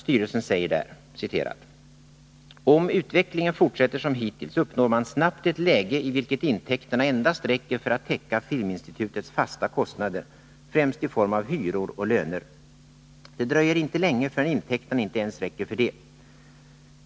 Styrelsen säger där: ”Om utvecklingen fortsätter som hittills uppnår man snabbt ett läge i vilket intäkterna endast räcker till för att täcka filminstitutets fasta kostnader, främst i form av hyror och löner. Det dröjer inte länge förrän intäkterna inte ens räcker för det.